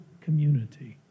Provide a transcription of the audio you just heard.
community